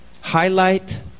Highlight